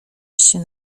się